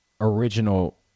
original